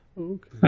Okay